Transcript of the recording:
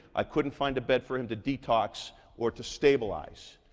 i couldn't find a bed for him to detox or to stabilize.